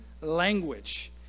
language